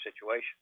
situation